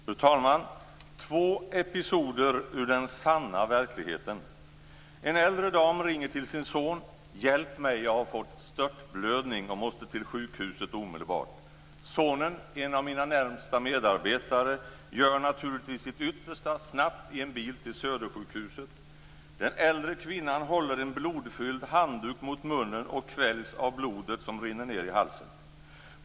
Fru talman! Två episoder ur den sanna verkligheten. En äldre dam ringer till sin son: Hjälp mig! Jag har fått störtblödning och måste till sjukhuset omedelbart. Sonen, en av mina närmaste medarbetare, gör naturligtvis sitt yttersta och tar snabbt den äldre kvinnan i en bil till Södersjukhuset. Hon håller en blodfylld handduk mot munnen och kväljs av blodet som rinner ned i halsen.